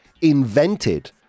invented